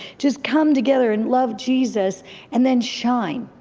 just come together and love jesus and then shine.